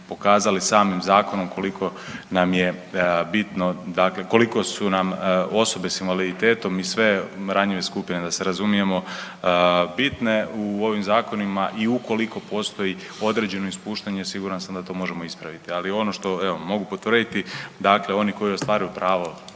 pokazali samim zakonom koliko nam je bitno, dakle koliko su nam osobe sa invaliditetom i sve ranjive skupine da se razumijemo bitne u ovim zakonima i ukoliko postoji određeno ispuštanje siguran sam da to možemo ispraviti. Ali ono što evo mogu potvrditi, dakle oni koji ostvaruju pravo